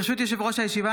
ברשות יושב-ראש הישיבה,